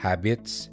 Habits